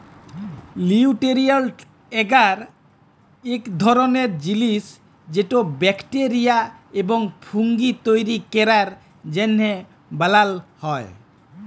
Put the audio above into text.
লিউটিরিয়েল্ট এগার ইক ধরলের জিলিস যেট ব্যাকটেরিয়া এবং ফুঙ্গি তৈরি ক্যরার জ্যনহে বালাল হ্যয়